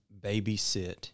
babysit